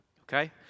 okay